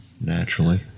naturally